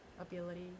Ability